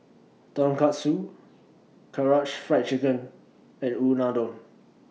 Tonkatsu Karaage Fried Chicken and Unadon